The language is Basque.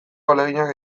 ahaleginak